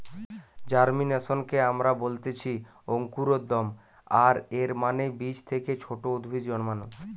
জার্মিনেশনকে আমরা বলতেছি অঙ্কুরোদ্গম, আর এর মানে বীজ থেকে ছোট উদ্ভিদ জন্মানো